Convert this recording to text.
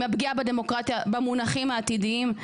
מהפגיעה בדמוקרטיה במונחים העתידיים.